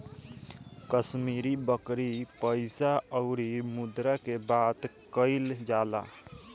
कश्मीरी बकरी पइसा अउरी मुद्रा के बात कइल जाला